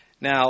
Now